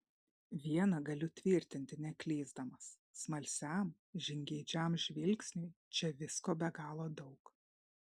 viena galiu tvirtinti neklysdamas smalsiam žingeidžiam žvilgsniui čia visko be galo daug